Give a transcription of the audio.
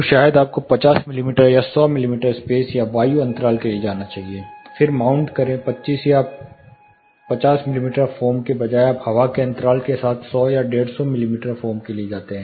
तो शायद आपको 50 मिमी या 100 मिमी स्पेस या वायु अंतराल के लिए जाना चाहिए फिर माउंट करें 25 या 50 मिमी फोम के बजाय आप हवा के अंतराल के साथ 100 या 150 मिमी फोम के लिए जाते हैं